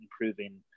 improving